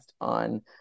on